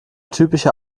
typische